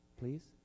please